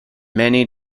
many